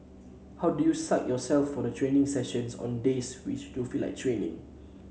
how do you psych yourself for the training sessions on days when you don't feel like training